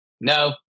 no